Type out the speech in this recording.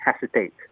hesitate